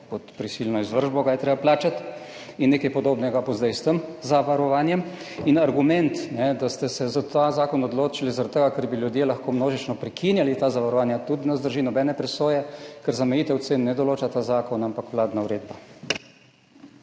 pod prisilno izvršbo ga je treba plačati. Nekaj podobnega bo zdaj s tem zavarovanjem. Argument, da ste se za ta zakon odločili, zaradi tega ker bi ljudje lahko množično prekinjali ta zavarovanja, tudi ne zdrži nobene presoje, ker zamejitev cen ne določa ta zakon, ampak vladna uredba.